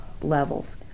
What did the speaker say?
levels